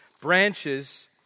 branches